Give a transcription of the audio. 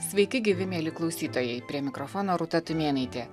sveiki gyvi mieli klausytojai prie mikrofono rūta tumėnaitė